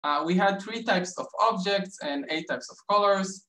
We had three types of objects and eight types of colors.